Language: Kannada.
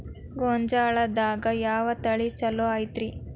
ಗೊಂಜಾಳದಾಗ ಯಾವ ತಳಿ ಛಲೋ ಐತ್ರಿ?